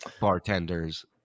bartenders